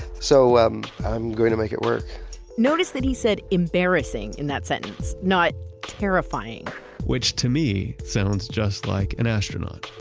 so um i'm going to make it work notice that he said embarrassing in that sense. not terrifying which to me, sounds just like an astronaut